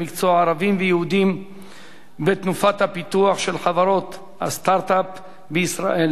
מקצוע ערבים ויהודים בתנופת הפיתוח של חברות הסטארט-אפ בישראל,